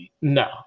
no